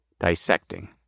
dissecting